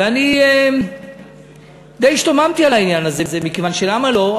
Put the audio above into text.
ואני די השתוממתי על העניין הזה, מכיוון שלמה לא?